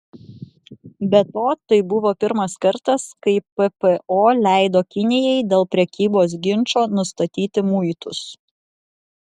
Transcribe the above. be to tai buvo pirmas kartas kai ppo leido kinijai dėl prekybos ginčo nustatyti muitus